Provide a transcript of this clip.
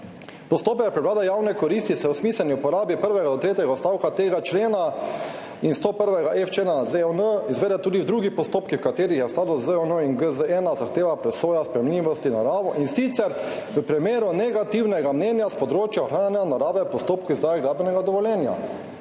»Postopek prevlade javne koristi se ob smiselni uporabi prvega do tretjega odstavka tega člena in 101.f člena ZON izvede tudi v drugih postopkih, v katerih se v skladu z ZON in GZ-1 zahteva presoja sprejemljivosti narave, in sicer v primeru negativnega mnenja s področja ohranjanja narave v postopku izdaje gradbenega dovoljenja.«